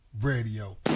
Radio